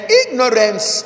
ignorance